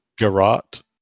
garot